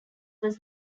was